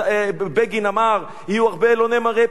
בגין אמר: יהיו הרבה אלוני-מורה,